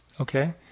Okay